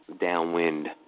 downwind